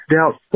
Doubt